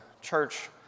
Church